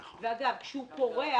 ולכן, כשהוא פורע